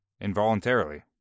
Involuntarily